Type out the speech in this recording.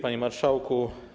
Panie Marszałku!